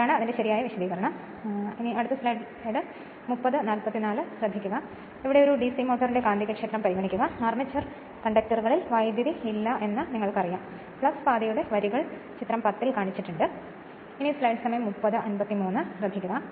ഇപ്പോൾ ഒരു ഡിസി മോട്ടോറിന്റെ കാന്തികക്ഷേത്രം പരിഗണിക്കുക അർമേച്ചർ കണ്ടക്ടറുകളിൽ വൈദ്യുതി ഇല്ലെന്ന് നിങ്ങൾക്കറിയാം ഫ്ലക്സ് പാതയുടെ വരികൾ ചിത്രം 10 ൽ കാണിച്ചിരിക്കുന്നു